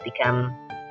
become